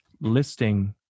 listing